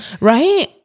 Right